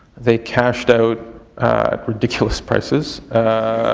they cashed out ridiculous prices.